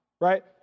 right